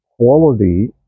quality